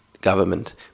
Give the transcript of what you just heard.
Government